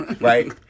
Right